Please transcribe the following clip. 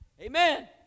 Amen